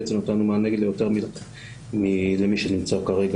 בעצם נתנו מענה ליותר מלמי שנמצא כרגע,